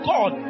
God